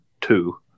two